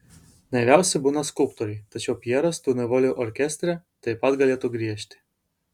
naiviausi būna skulptoriai tačiau pjeras tų naivuolių orkestre taip pat galėtų griežti